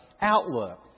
outlook